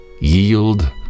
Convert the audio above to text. Yield